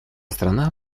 страна